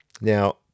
Now